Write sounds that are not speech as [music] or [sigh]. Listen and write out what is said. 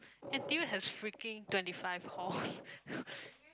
N_T_U has freaking twenty five halls [laughs]